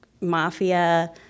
mafia